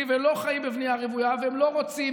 ולא חיים בבנייה רוויה והם לא רוצים.